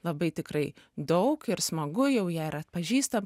labai tikrai daug ir smagu jau ją ir atpažįstam